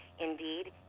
Indeed